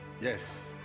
yes